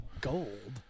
gold